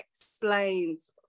explains